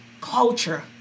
culture